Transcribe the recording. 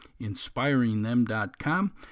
InspiringThem.com